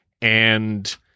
and-